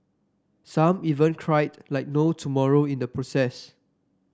some even cried like no tomorrow in the process